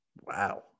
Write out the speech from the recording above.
Wow